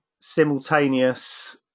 simultaneous